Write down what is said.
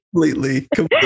Completely